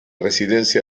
residencia